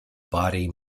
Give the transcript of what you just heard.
body